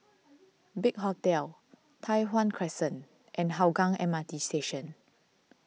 Big Hotel Tai Hwan Crescent and Hougang M R T Station